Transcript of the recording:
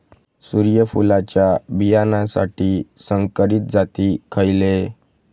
सूर्यफुलाच्या बियानासाठी संकरित जाती खयले?